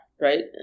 right